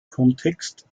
kontext